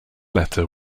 letter